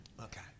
Okay